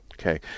Okay